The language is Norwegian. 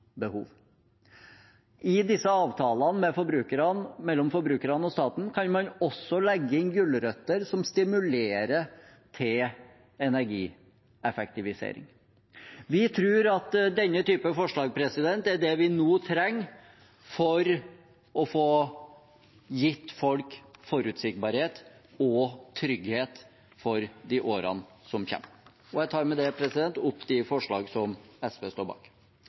I disse avtalene med forbrukerne, mellom forbrukerne og staten, kan man også legge inn gulrøtter som stimulerer til energieffektivisering. Vi tror at denne typen forslag er det vi nå trenger for å gi folk forutsigbarhet og trygghet for de årene som kommer, og jeg tar med det opp de forslagene SV står bak.